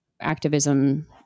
activism